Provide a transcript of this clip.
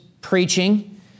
preaching